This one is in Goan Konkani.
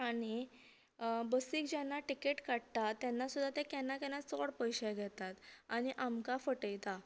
आनी बसीक जेन्ना टिकेट काडटा तेन्ना सुद्दां ते केन्ना केन्ना चड पयशे घेतात आनी आमकां फटयता